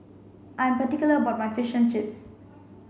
I am particular about my Fish and Chips